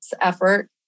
effort